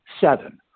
Seven